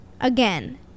again